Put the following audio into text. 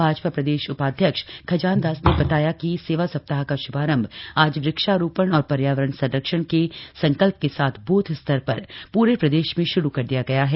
भाजपा प्रदेश उपाध्यक्ष खजानदास ने बताया कि सेवा सप्ताह का शुभारंभ आज वृक्षारोपण और पर्यावरण संरक्षण के संकल्प के साथ बूथ स्तर पर पूरे प्रदेश में शुरू कर दिया गया है